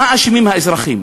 מה אשמים האזרחים?